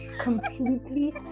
completely